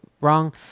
wrong